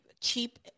cheap